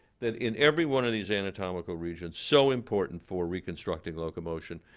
that in every one of these anatomical regions so important for reconstructing locomotion,